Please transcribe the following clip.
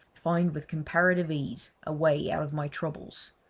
find with comparative ease a way out of my troubles.